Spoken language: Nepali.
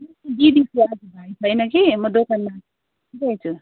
दिदी छे आज भाइ छैन कि म दोकानमा बसिरहेको छु